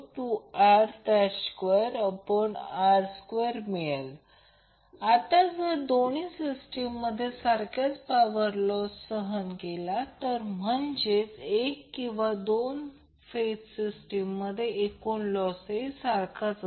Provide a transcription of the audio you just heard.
आता हे जाणून घ्या की R समान सामग्री वापरली आहे म्हणजे वायर दोन्हीसाठी समान सामग्रीपासून बनलेली आहे म्हणून R कॅपिटल R ही पहिली केस आहे जी सिंगल फेज केस आहे rho l pi r2 आहे